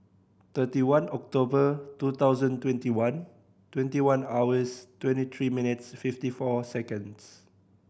thirty one October two thousand twenty one twenty one hours twenty three minutes fifty four seconds